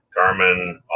Garmin